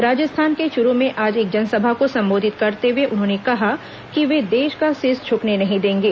राजस्थान के चुरू में आज एक जनसभा को संबोधित करते हुए उन्होंने कहा कि वे देश का शीश झुकने नही देंगे